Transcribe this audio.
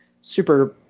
super